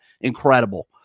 incredible